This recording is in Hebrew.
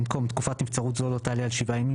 במקום 'תקופת נבצרות זו לא תעלה על שבעה ימים'